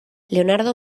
leonardo